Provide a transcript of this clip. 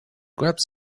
grabbed